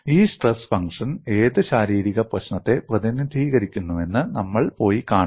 ഈ stress function ഏത് ശാരീരിക പ്രശ്നത്തെ പ്രതിനിധീകരിക്കുന്നുവെന്ന് നമ്മൾ പോയി കാണും